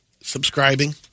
subscribing